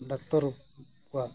doctor ᱠᱚᱣᱟᱜ